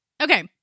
Okay